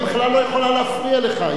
היא בכלל לא יכולה להפריע לך.